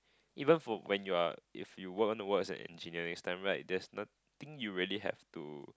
even for when you are if you weren't was an engineering next time right there's nothing you really have to